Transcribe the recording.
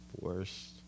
worst